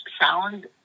sound